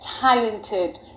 talented